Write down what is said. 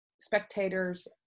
spectators